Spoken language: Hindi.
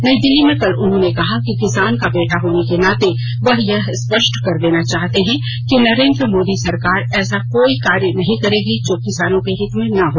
नई दिल्ली में कल उन्होंने कहा कि किसान का बेटा होने के नाते वे यह स्पष्ट कर देना चाहते हैं कि नरेन्द्र मोदी सरकार ऐसा कोई कार्य नहीं करेगी जो किसानों के हित में न हो